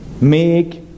make